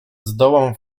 zdołam